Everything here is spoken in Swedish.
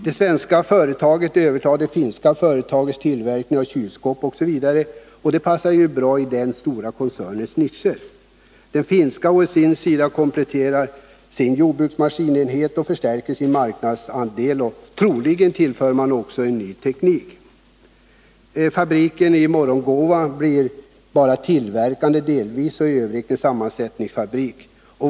Det svenska företaget övertar det finska företagets tillverkning av kylskåp osv. — som ju passar mycket bra in i den stora koncernens nischer. Det finska företaget kompletterar å sin sida sin jordbruksmaskinsenhet och förstärker sin marknadsandel, och troligen tillförs också ny teknik. Fabriken i Morgongåva blir bara delvis tillverkande och i övrigt en sammansättningsfabrik.